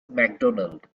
mcdonald